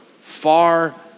far